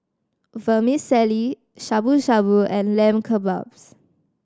Vermicelli Shabu Shabu and Lamb Kebabs